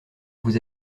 vous